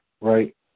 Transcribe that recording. right